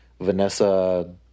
Vanessa